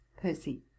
Percy